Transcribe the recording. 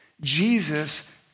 Jesus